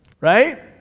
right